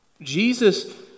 Jesus